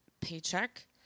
paycheck